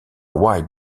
wild